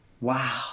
wow